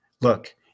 Look